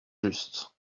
juste